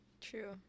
True